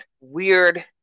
weird